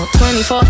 24